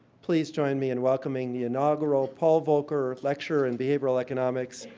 please join me in welcoming the inaugural paul volcker lecturer in behavioral economics,